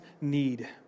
need